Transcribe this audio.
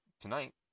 tonight